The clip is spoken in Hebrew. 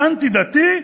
האנטי-דתי,